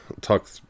talk